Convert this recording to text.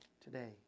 today